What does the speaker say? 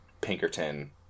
Pinkerton